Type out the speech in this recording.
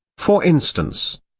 for instance,